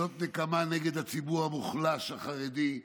זאת נקמה נגד הציבור החרדי המוחלש,